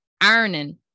ironing